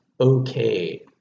okay